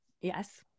Yes